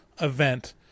event